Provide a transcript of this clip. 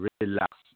relax